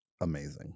amazing